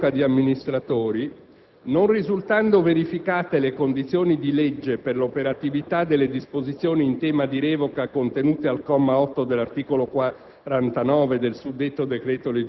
In merito a una eventuale revoca di amministratori, non risultando verificate le condizioni di legge per l'operatività delle disposizioni in tema di revoca contenute al comma 8 dell'articolo 49